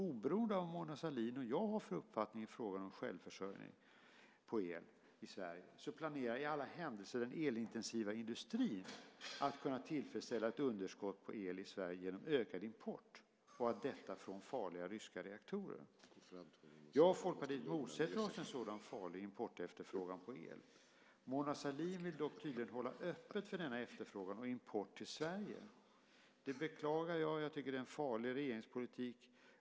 Oberoende av vad Mona Sahlin och jag har för uppfattning i frågan om Sveriges självförsörjning på el planerar den elintensiva industrin i Sverige alltså för att kunna tillfredsställa ett underskott på el genom ökad import, och den ska ske från farliga ryska reaktorer. Vi i Folkpartiet motsätter oss en sådan farlig importefterfrågan på el, men Mona Sahlin vill tydligen hålla öppet för denna efterfrågan och import till Sverige. Det beklagar jag. Jag tycker att det är en farlig regeringspolitik.